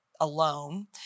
alone